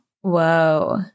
Whoa